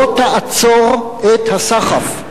לא תעצור את הסחף.